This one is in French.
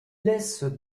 laisse